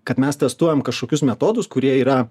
kad mes testuojam kažkokius metodus kurie yra